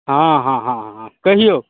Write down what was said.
हँ हँ हँ हँ कहिऔ